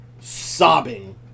Sobbing